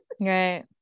right